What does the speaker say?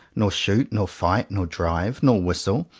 nor shoot, nor fight, nor drive, nor whistle,